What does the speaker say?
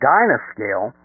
Dynascale